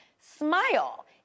Smile